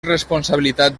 responsabilitat